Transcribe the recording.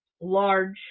large